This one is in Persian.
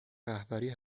رهبری